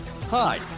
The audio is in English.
Hi